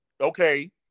okay